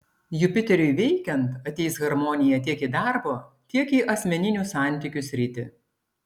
jupiteriui veikiant ateis harmonija tiek į darbo tiek į asmeninių santykių sritį